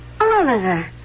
Oliver